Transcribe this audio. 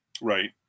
Right